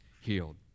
healed